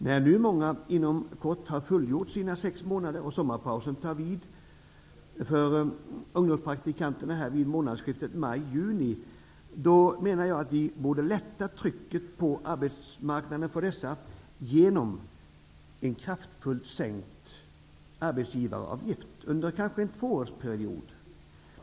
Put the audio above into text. När många inom kort har fullgjort sina sex månader och sommarpausen tar vid för ungdomspraktikanterna vid månadsskiftet maj-juni, menar jag att vi borde lätta på trycket på arbetsmarknaden genom en kraftfullt sänkt arbetsgivaravgift för dessa under kanske en tvåårsperiod.